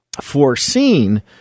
foreseen